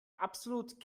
absolut